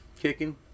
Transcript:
kicking